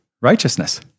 righteousness